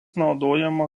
naudojama